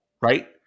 right